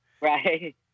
Right